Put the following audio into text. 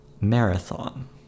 marathon